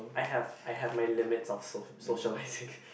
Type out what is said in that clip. I have I have my limits of social socialising